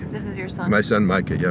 this is your son my son, micah, yeah.